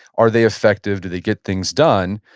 are they effective? do they get things done?